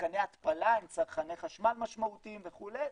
מתקני התפלה עם צרכני חשמל משמעותיים וכו',